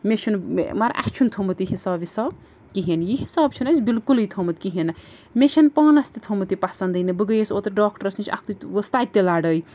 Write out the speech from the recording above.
مےٚ چھُنہٕ مگر اَسہِ چھُنہٕ تھوٚمُت یہِ حِساب وِساب کِہیٖنۍ یہِ حِساب چھُنہٕ اَسہِ بِلکُلٕے تھوٚمُت کِہیٖنۍ نہٕ مےٚ چھَنہٕ پانَس تہِ تھوٚمُت یہِ پَسنٛدٕے نہٕ بہٕ گٔیَس اوترٕ ڈاکٹرَس نِش اَکھتُے ؤژھ تَتہِ تہِ لڑٲے